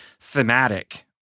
thematic